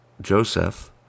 Joseph